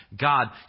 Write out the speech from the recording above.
God